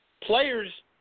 Players